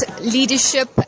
leadership